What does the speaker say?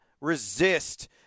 resist